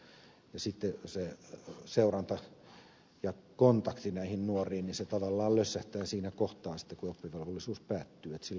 sitten se seuranta ja kontakti näihin nuoriin tavallaan lössähtää siinä kohtaa sitten kun oppivelvollisuus päättyy